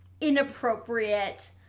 inappropriate